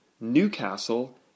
Newcastle